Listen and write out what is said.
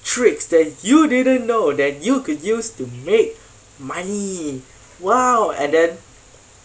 tricks that you didn't know that you could use to make money !wow! and then